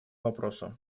вопросу